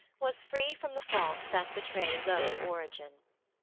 was free from the faults that betray low origin.